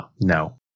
No